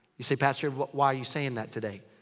you say, pastor ed, why are you saying that today?